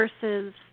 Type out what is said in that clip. versus